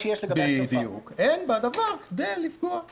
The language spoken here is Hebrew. בדיוק, אין בדבר כדי לפגוע במעמד.